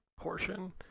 portion